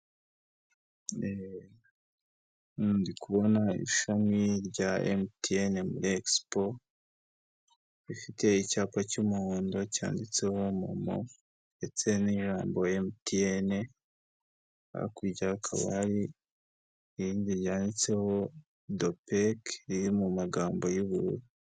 Ndi kubona ishami rya MTN muri expo, rifite icyapa cy'umuhondo cyanditseho MOMO, ndetse n'ijambo MTN, hakurya hakaba hari irindi ryanditseho dopec riri mu magambo y'ubururu.